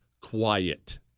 quiet